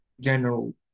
general